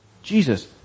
Jesus